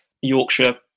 Yorkshire